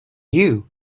you